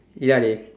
ya dey